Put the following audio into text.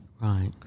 Right